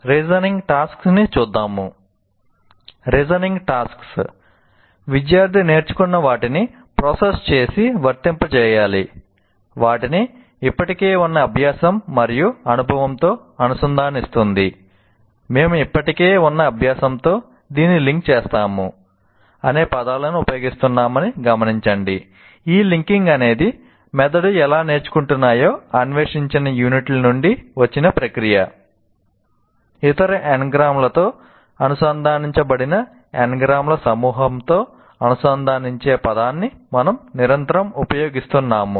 reasoning tasks అనుసంధానించబడిన n gram ల సమూహంతో అనుసంధానించే పదాన్ని మనము నిరంతరం ఉపయోగిస్తున్నాము